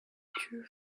true